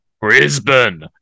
brisbane